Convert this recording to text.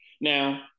Now